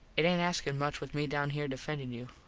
it aint askin much with me down here defendin you.